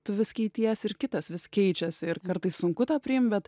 tu vis keitiesi ir kitas vis keičiasi ir kartais sunku tą priimt bet